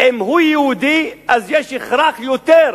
אם הוא יהודי אז יש יותר הכרח לטפל